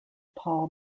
paul